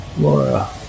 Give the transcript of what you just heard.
Laura